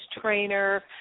trainer